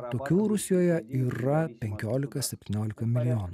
tokių rusijoje yra penkiolika septyniolika milijonų